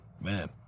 Man